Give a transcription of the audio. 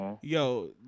Yo